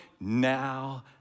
Now